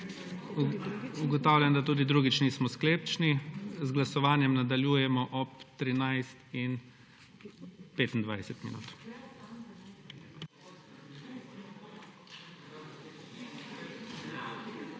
Ugotavljam, da tudi drugič nismo sklepčni. Z glasovanjem nadaljujemo ob 13.25.